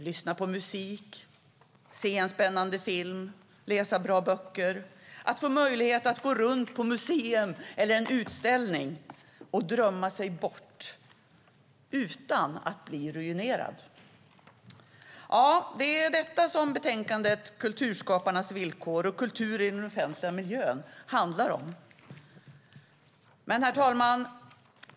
Lyssna på musik, se en spännande film, läsa bra böcker, få möjlighet att gå runt på ett museum eller en utställning och drömma sig bort utan att bli ruinerad kan också ge nya perspektiv. Det är det som betänkandet Kulturskaparnas villkor och kultur i den offentliga miljön handlar om. Herr talman!